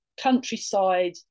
countryside